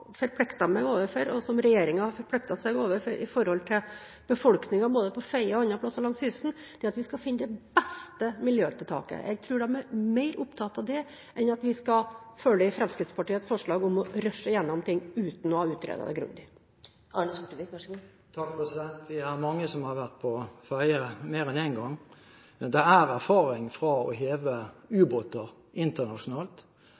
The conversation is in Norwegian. meg til – og som regjeringen har forpliktet seg til – overfor befolkningen både på Fedje og andre plasser langs kysten, er at vi skal finne det beste miljøtiltaket. Jeg tror de er mer opptatt av det enn at vi skal følge Fremskrittspartiets forslag om å rushe gjennom ting uten å ha utredet det grundig. Vi er mange som har vært på Fedje mer enn én gang. Det er erfaring fra å heve